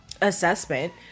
assessment